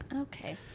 Okay